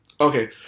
Okay